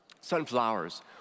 Sunflowers